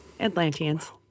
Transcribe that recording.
Atlanteans